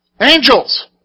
Angels